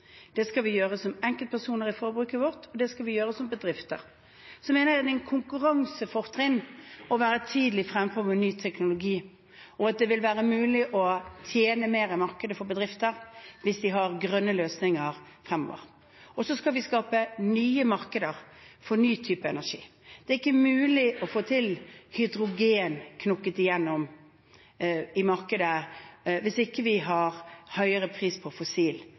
Det skal vi gjøre som enkeltpersoner i forbruket vårt, og det skal vi gjøre som bedrifter. Jeg mener det gir et konkurransefortrinn å være tidlig frempå med ny teknologi, og at det vil være mulig å tjene mer i markedet for bedrifter hvis de har grønne løsninger fremover. Så skal vi skape nye markeder for nye typer energi. Det er ikke mulig å få hydrogen til slå igjennom i markedet hvis vi ikke har høyere pris på